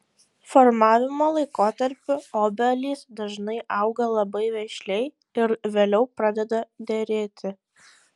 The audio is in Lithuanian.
formavimo laikotarpiu obelys dažnai auga labai vešliai ir vėliau pradeda derėti